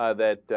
ah that